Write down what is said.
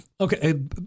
okay